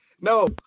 no